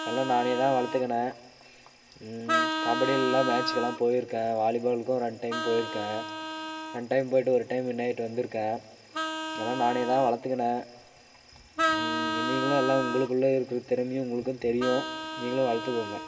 அதெல்லாம் நானே தான் வளர்த்துக்கின கபடி எல்லா மேட்ச்சுக்கெல்லாம் போய்ருக்கேன் வாலிபாலுக்கும் ரெண்டு டைம் போய்ருக்கேன் ரெண்டு டைம் போய்ட்டு ஒரு டைம் வின் ஆகிட்டு வந்திருக்கேன் எல்லாம் நானே தான் வளத்துக்கினேன் நீங்களும் எல்லாம் உங்களுக்குள்ளே இருக்கிற திறமையும் உங்களுக்கும் தெரியும் நீங்களும் வளர்த்துக்கோங்க